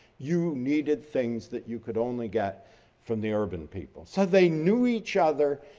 you needed things that you could only get from the urban people. so they knew each other,